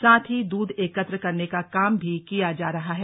साथ ही दूध एकत्र करने का काम भी किया जा रहा है